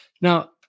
Now